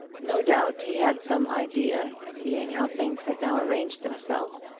no doubt he had some idea, seeing how things had now arranged themselves,